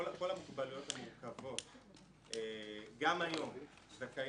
כל המוגבלויות המורכבות גם היום זכאיות